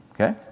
Okay